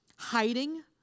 Hiding